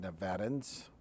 Nevadans